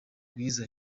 rwiza